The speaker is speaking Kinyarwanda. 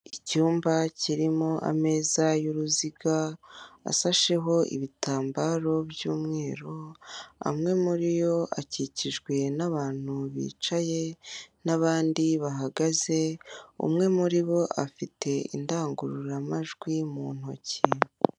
Icyumba kirimo ameza y'uruziga asasheho ibitambaro by'umweru, amwe muri yo akikijwe n'abantu bicaye n'abandi bahagaze, umwe muri bo afite indangururamajwi mu ntoki.